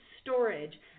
storage